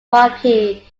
wakhi